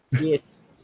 Yes